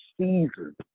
season